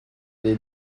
des